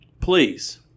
please